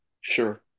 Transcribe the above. Sure